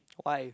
why